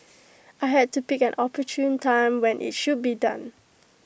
I had to pick an opportune time when IT should be done